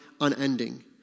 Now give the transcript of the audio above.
unending